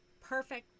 perfect